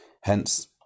Hence